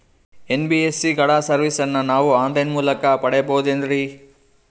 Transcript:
NBSC ಗಳ ಸರ್ವಿಸನ್ನ ನಾವು ಆನ್ ಲೈನ್ ಮೂಲಕ ಪಡೆಯಬಹುದೇನ್ರಿ?